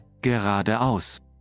Geradeaus